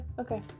okay